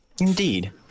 Indeed